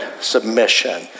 submission